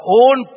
own